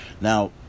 Now